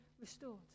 restored